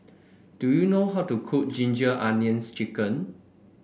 do you know how to cook Ginger Onions chicken